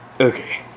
Okay